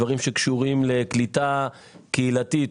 דברים שקשורים לקליטה קהילתית.